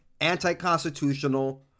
anti-constitutional